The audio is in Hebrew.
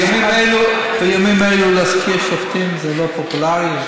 בימים אלו להזכיר שופטים זה לא פופולרי,